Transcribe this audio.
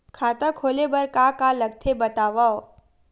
खाता खोले बार का का लगथे बतावव?